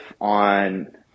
on